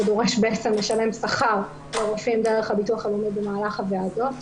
זה דורש בעצם לשלם שכר לרופאים דרך הביטוח הלאומי במהלך הוועדות,